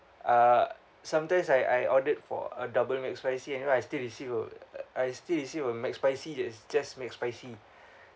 uh sometimes I I ordered for a double McSpicy and you know I still receive wo~ I still receive a McSpicy that is just McSpicy